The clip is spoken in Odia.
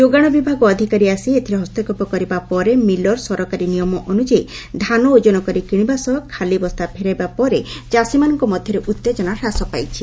ଯୋଗାଣ ବିଭାଗ ଅଧିକାରୀ ଆସି ଏଥିରେ ହସ୍ତକ୍ଷେପ କରିବା ପରେ ମିଲର୍ ସରକାରୀ ନିୟମ ଅନୁଯାୟୀ ଧାନ ଓଜନ କରି କିଣିବା ସହ ଖାଲି ବସ୍ତା ଫେରାଇବା ପରେ ଚାଷୀମାନଙ୍କ ମଧ୍ଧରେ ଉତ୍ତେଜନା ହ୍ରାସ ପାଇଛି